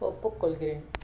ஒப்புக்கொள்கிறேன்